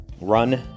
Run